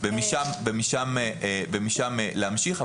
ומשם להמשיך.